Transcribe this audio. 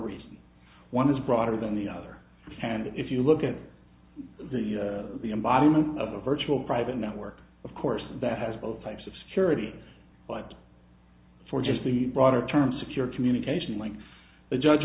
reason one is broader than the other hand if you look at the the embodiment of a virtual private network of course that has both types of security but for just the broader term secure communication links the judge